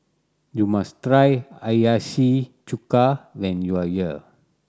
you must try Hiyashi Chuka when you are here